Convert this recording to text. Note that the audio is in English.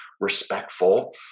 respectful